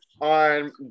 on